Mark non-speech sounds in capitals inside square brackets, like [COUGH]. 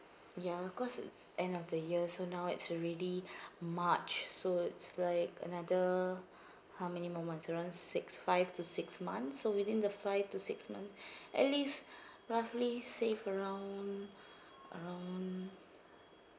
ya cause it's end of the year so now it's already [BREATH] march so it's like another how many more months around six five to six months so within the five to six months [BREATH] at least [BREATH] roughly save around around